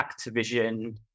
Activision